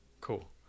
Cool